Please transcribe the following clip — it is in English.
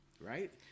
right